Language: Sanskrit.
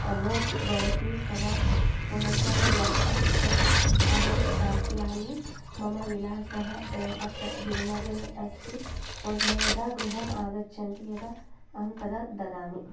अमौण्ट् भवति तदा भवन्तः वदन्ति चेत् अहं दास्यामि मम विलासः एव अत्र गिरिनगरे अस्ति भवन्तः यदा गृहम् आगच्छन्ति यदा अहं तदा ददामि